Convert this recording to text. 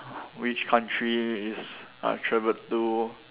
which country is I travelled to